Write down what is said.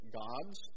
gods